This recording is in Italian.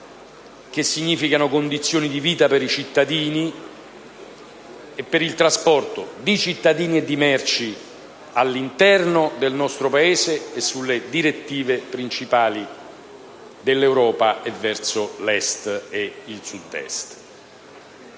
che significano condizioni di vita e di trasporto per i cittadini e le merci all'interno del nostro Paese, sulle direttive principali dell'Europa e verso l'Est e il Sud-Est.